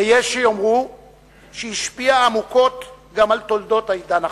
ויש שיאמרו שהשפיעה עמוקות גם על תולדות העידן החדש.